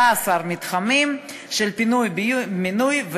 13 מתחמים של פינוי-בינוי.